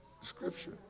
scripture